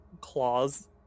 claws